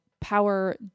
power